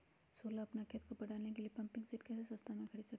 सोलह अपना खेत को पटाने के लिए पम्पिंग सेट कैसे सस्ता मे खरीद सके?